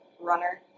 runner